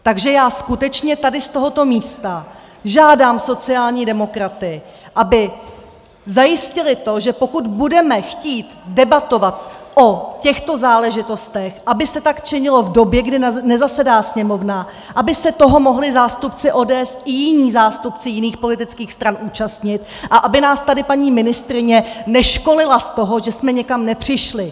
Takže já skutečně tady z tohoto místa žádám sociální demokraty, aby zajistili to, že pokud budeme chtít debatovat o těchto záležitostech, aby se tak činilo v době, kdy nezasedá Sněmovna, aby se toho mohli zástupci ODS i jiní zástupci jiných politických stran účastnit a aby nás tady paní ministryně neškolila z toho, že jsme někam nepřišli.